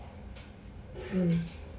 mm